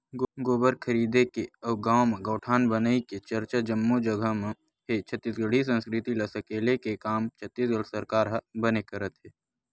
गोबर खरीदे के अउ गाँव म गौठान बनई के चरचा जम्मो जगा म हे छत्तीसगढ़ी संस्कृति ल सकेले के काम छत्तीसगढ़ सरकार ह बने करत हे